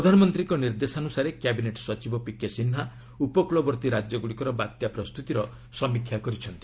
ପ୍ରଧାନମନ୍ତ୍ରୀଙ୍କ ନିର୍ଦ୍ଦେଶାନୁସାରେ କ୍ୟାବିନେଟ୍ ସଚିବ ପିକେ ସିହ୍ନା ଉପକୃଳବର୍ତ୍ତୀ ରାଜ୍ୟଗୁଡ଼ିକର ବାତ୍ୟା ପ୍ରସ୍ତୁତିର ସମୀକ୍ଷା କରିଛନ୍ତି